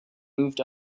moved